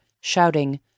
shouting